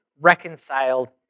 reconciled